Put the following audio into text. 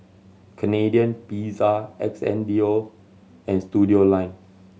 Canadian Pizza Xndo and Studioline